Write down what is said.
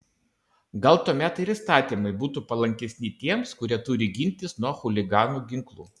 gal tuomet ir įstatymai būtų palankesni tiems kurie turi gintis nuo chuliganų ginklu